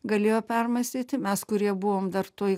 galėjo permąstyti mes kurie buvom dar toj